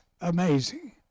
amazing